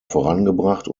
vorangebracht